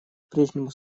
прежнему